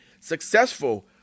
successful